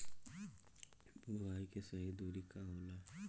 बुआई के सही दूरी का होला?